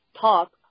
talk